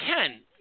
Ken